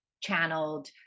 channeled